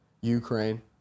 Ukraine